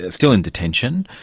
and still in detention,